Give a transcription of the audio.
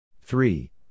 Three